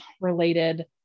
related